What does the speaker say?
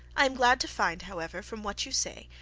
i am glad to find, however, from what you say,